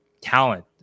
talent